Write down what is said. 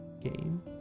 Game